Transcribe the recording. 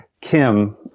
Kim